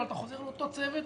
אבל אתה חוזר לאותו צוות,